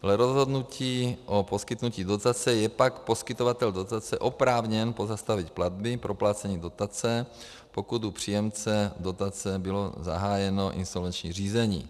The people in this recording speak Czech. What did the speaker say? Dle rozhodnutí o poskytnutí dotace je pak poskytovatel dotace oprávněn pozastavit platby, proplácení dotace, pokud u příjemce dotace bylo zahájeno insolvenční řízení.